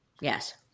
Yes